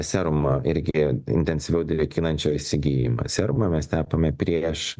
serumą irgi intensyviau drėkinančio įsigijimą serumą mes tepame prieš